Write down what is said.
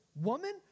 Woman